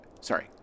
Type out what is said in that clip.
Sorry